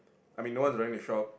I mean no one is going the shop